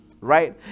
right